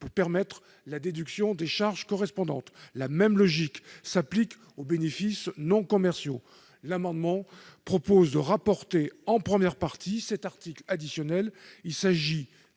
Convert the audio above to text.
de permettre la déduction des charges correspondantes. La même logique s'applique aux bénéfices non commerciaux. L'amendement tend à insérer cet article additionnel